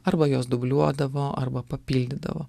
arba juos dubliuodavo arba papildydavo